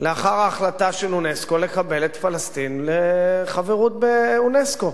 לאחר ההחלטה של אונסק"ו לקבל את פלסטין לחברות באונסק"ו,